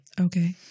Okay